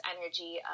energy